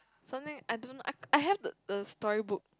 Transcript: something I don't know I I have the the story book